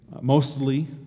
mostly